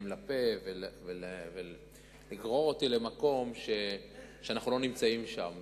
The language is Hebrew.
לפה ולגרור אותי למקום שאנחנו לא נמצאים שם.